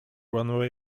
runway